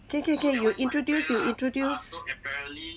can can can you introduce you introduce